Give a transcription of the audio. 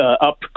up